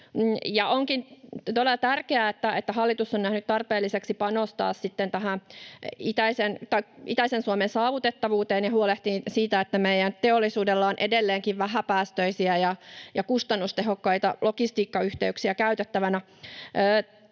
Onkin todella tärkeää, että hallitus on nähnyt tarpeelliseksi panostaa tähän itäisen Suomen saavutettavuuteen ja huolehtii siitä, että meidän teollisuudella on edelleenkin vähäpäästöisiä ja kustannustehokkaita logistiikkayhteyksiä käytettävänä.